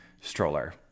stroller